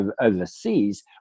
overseas